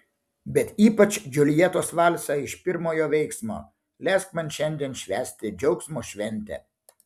bet ypač džiuljetos valsą iš pirmojo veiksmo leisk man šiandien švęsti džiaugsmo šventę